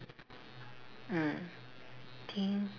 mm then